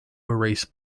erase